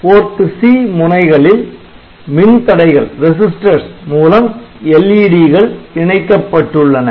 PORT C முனைகளில் மின்தடைகள் மூலம் LED கள் இணைக்கப்பட்டுள்ளன